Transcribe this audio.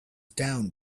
down